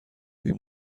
این